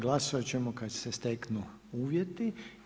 Glasovat ćemo kad se steknu uvjeti.